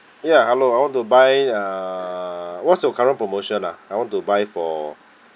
ya I'm I want to buy uh what's your current promotion ah I want to buy for